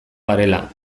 garela